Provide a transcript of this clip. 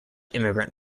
immigrant